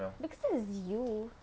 because is you